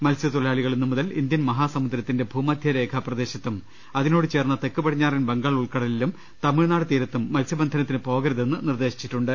മത്സ്യത്തൊ ഴിലാളികൾ ഇന്നുമുതൽ ഇന്ത്യൻ മഹാസമുദ്രത്തിന്റെ ഭൂമധ്യരേഖാ പ്രദേശത്തും അതിനോട് ചേർന്ന തെക്ക് പടിഞ്ഞാറൻ ബംഗാൾ ഉൾക്ക ടലിലും തമിഴ്നാട് തീരത്തും മത്സ്യബന്ധനത്തിന് പോകരുതെന്ന് നിർദേശിച്ചിട്ടുണ്ട്